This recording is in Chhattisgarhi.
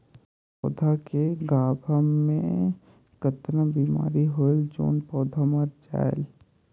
पौधा के गाभा मै कतना बिमारी होयल जोन पौधा मर जायेल?